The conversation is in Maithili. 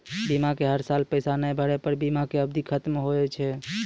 बीमा के हर साल पैसा ना भरे पर बीमा के अवधि खत्म हो हाव हाय?